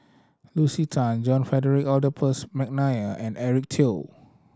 Lucy Tan John Frederick Adolphus McNair and Eric Teo